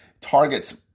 targets